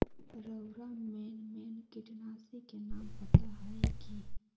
रउरा मेन मेन किटनाशी के नाम पता हए कि?